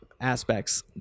aspects